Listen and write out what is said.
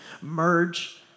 merge